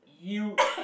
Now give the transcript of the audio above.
you